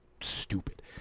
stupid